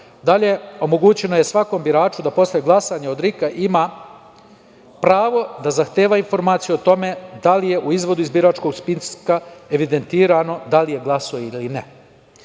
Dalje, omogućena je svakom biraču da posle glasanja od RIK-a ima pravo da zahteva informaciju o tome da li je u Izvodi iz biračkog spiska evidentirano da li je glasao ili